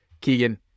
Keegan